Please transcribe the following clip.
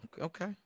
Okay